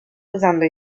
usando